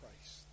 Christ